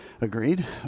Agreed